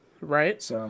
Right